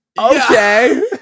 Okay